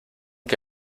que